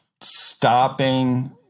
stopping